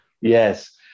Yes